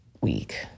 week